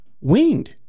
winged